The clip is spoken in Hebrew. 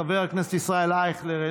חבר הכנסת ישראל אייכלר,